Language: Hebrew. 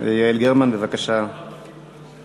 יעל גרמן, בבקשה להשיב.